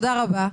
תודה רבה.